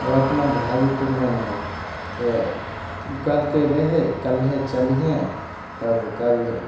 तऽ अपना भै जएतौ मैनेज तऽ तऽ ओ कहलकै रे हे काल्हिए चलिहेँ तब कल